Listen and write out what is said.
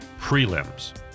prelims